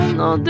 no